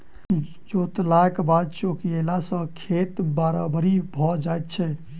जोतलाक बाद चौकियेला सॅ खेत बराबरि भ जाइत छै